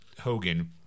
Hogan